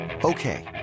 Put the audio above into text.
Okay